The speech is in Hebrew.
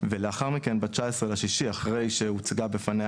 ולאחר מכן ב-19.6 אחרי שהוצגה בפניה